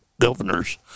governors